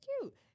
cute